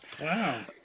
Wow